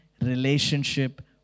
relationship